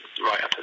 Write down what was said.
right